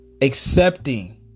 accepting